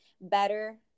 better